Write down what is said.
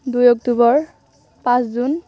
দুই অক্টোবৰ পাঁচ জুন